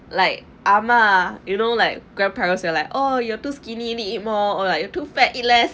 like ah ma you know like grandparents are like oh you are too skinny need eat more or like you too fat eat less